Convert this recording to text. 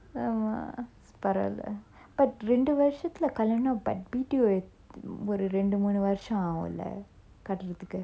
ஆமா பரவால:aama paravala but ரெண்டு வருசத்துல கல்யாணம்:rendu varusathula kalyanam but B_T_O ஒரு ரெண்டு மூணு வருசம் ஆவுன்ல கட்டுறதுக்கு:oru rendu moonu varusam aavunla katturathukku